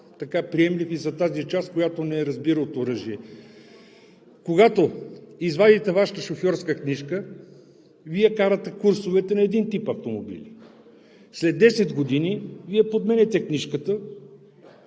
е по-приемлив и за тази част, която не разбира от оръжие. Когато извадите Вашата шофьорска книжка, Вие карате курсовете на един тип автомобили. След десет години Вие подменяте книжката,